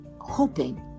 Hoping